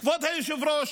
כבוד היושב-ראש,